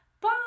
Bye